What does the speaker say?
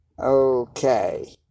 Okay